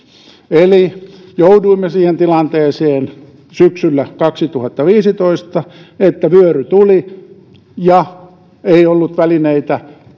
eli jouduimme siihen tilanteeseen syksyllä kaksituhattaviisitoista että vyöry tuli eikä ollut välineitä